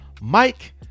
Mike